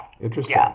interesting